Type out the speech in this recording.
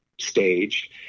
stage